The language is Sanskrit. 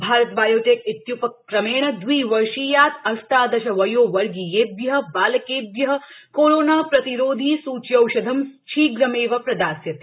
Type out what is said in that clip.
भारत बायोटेक इत्य्पक्रमेण द्विवर्षीयात् अष्टादशवयोवर्गीयेभ्यः बालकेभ्यः कोरोना प्रतिरोधि सूच्यौषधं शीघ्रमेव प्रदास्यते